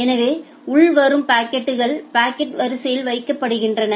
எனவே உள்வரும் பாக்கெட்கள் பாக்கெட் வரிசையில் வைக்கப்படுகின்றன